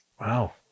Wow